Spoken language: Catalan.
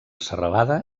serralada